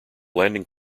landing